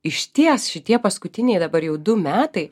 išties šitie paskutiniai dabar jau du metai